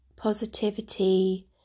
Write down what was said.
Positivity